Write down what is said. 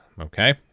okay